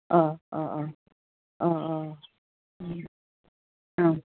अह अह अह अह अह उम औ